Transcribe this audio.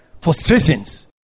Frustrations